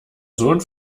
sohn